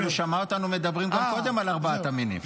אבל הוא שמע אותנו קודם מדברים גם על ארבעת המינים,